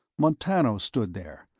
montano stood there,